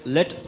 Let